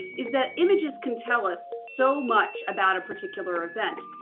is that images can tell us so much about a particular event.